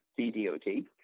CDOT